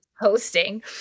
hosting